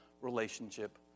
relationship